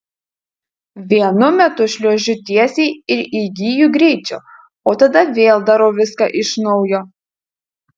vienu metu šliuožiu tiesiai ir įgyju greičio o tada vėl darau viską iš naujo